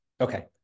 okay